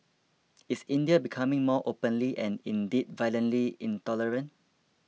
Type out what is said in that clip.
is India becoming more openly and indeed violently intolerant